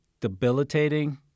debilitating